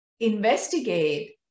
investigate